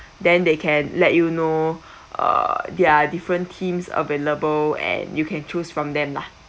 they can let you know uh there are different teams available and you can choose from them lah